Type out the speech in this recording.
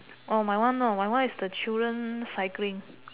orh my one my one no my one is the children cycling